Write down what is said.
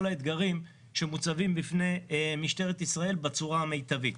האתגרים שמוצבים בפני משטרת ישראל בצורה המיטבית.